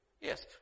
Yes